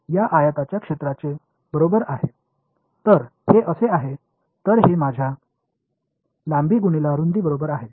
या आयताच्या क्षेत्राने बरोबर आहे तर हे असे आहे तर हे माझ्या लांबी रुंदी बरोबर आहे